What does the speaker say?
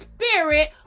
spirit